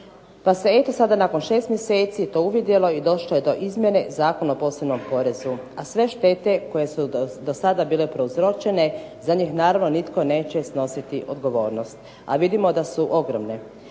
pa se eto sada nakon šest mjeseci to uvidjelo i došlo je do izmjene Zakona o posebnom porezu, a sve štete koje su do sada bile prouzročene za njih naravno nitko neće snositi odgovornost, a vidimo da su ogromne.